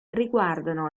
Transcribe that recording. riguardano